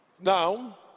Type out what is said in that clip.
Now